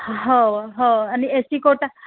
हो हो आणि एस सी कोटा